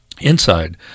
inside